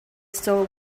stole